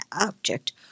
object